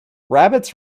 rabbits